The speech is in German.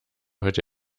heute